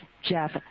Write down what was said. Jeff